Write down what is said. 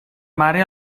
mare